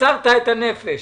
מסרת את הנפש.